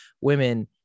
women